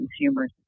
consumers